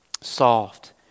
soft